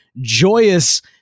joyous